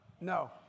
no